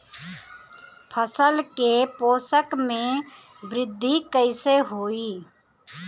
फसल के पोषक में वृद्धि कइसे होई?